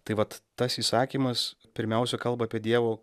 tai vat tas įsakymas pirmiausia kalba apie dievo